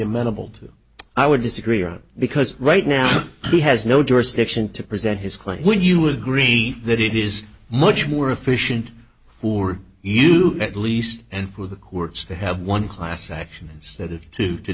amenable to i would disagree on because right now he has no jurisdiction to present his claim when you agree that it is much more efficient for you at least and for the courts to have one class action instead of two to